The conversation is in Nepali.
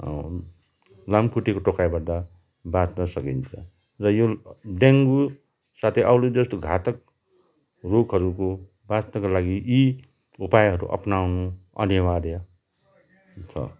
लामखुट्टेको टोकाइबाट बाँच्न सकिन्छ र यो डेङ्गु साथै औले जस्तो घातक रोगहरूको बाँच्नको लागि यी उपायहरू अपनाउनु अनिवार्य छ